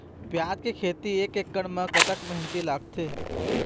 प्याज के खेती एक एकड़ म कतक मेहनती लागथे?